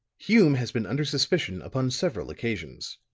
hume has been under suspicion upon several occasions.